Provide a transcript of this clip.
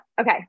Okay